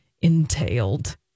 Entailed